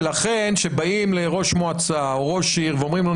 לכן כשבאים לראש מועצה או ראש עיר ואומרים לו,